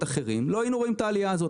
אחרים לא היינו רואים את העלייה הזאת.